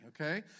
okay